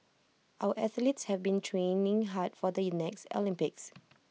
our athletes have been training hard for the next Olympics